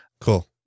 Cool